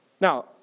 Now